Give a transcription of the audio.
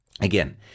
Again